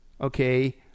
okay